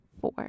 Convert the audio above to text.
four